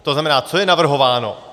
To znamená co je navrhováno?